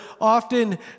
often